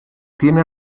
tiene